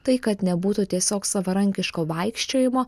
tai kad nebūtų tiesiog savarankiško vaikščiojimo